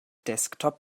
desktop